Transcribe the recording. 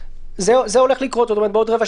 במפלגות.